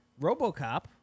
RoboCop